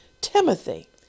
Timothy